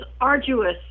arduous